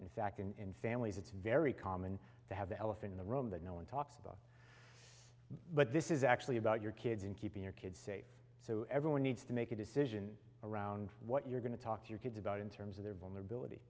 it in fact in families it's very common to have the elephant in the room that no one talks about but this is actually about your kids and keeping your kid safe so everyone needs to make a decision around what you're going to talk to your kids about in terms of their vulnerability